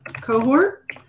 cohort